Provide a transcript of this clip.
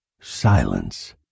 Silence